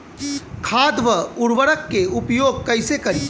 खाद व उर्वरक के उपयोग कइसे करी?